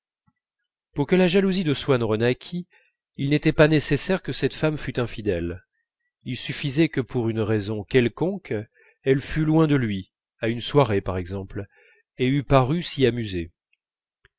pour que la jalousie de swann renaquît il n'était pas nécessaire que cette femme fût infidèle il suffisait que pour une raison quelconque elle fût loin de lui à une soirée par exemple et eût paru s'y amuser